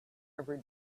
every